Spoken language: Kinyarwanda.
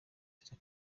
cya